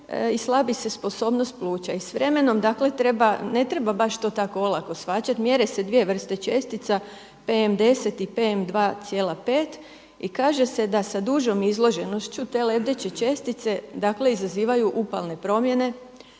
i slabi se sposobnost pluća. I s vremenom dakle treba, ne treba baš to tako olako shvaćati. Mjere se dvije vrste čestica PM 10 i PM 2,5 i kaže se da sa dužom izloženošću te lebdeće čestice, dakle izazivaju upalne promjene,